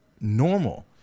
normal